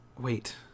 wait